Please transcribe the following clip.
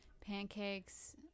pancakes